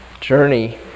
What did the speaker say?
journey